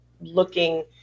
looking